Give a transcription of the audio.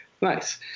Nice